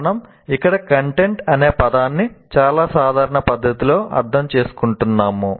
మనము ఇక్కడ 'కంటెంట్' అనే పదాన్ని చాలా సాధారణ పద్ధతిలో అర్థం చేసుకుంటున్నాము